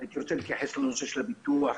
הייתי רוצה להתייחס לנושא של ביטוח.